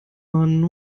man